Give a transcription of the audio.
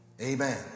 amen